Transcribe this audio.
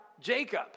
Jacob